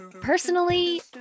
personally